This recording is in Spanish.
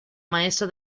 maestra